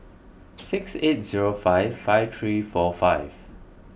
six eight zero five five three four five